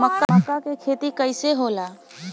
मका के खेती कइसे होला?